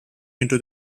into